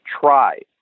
Try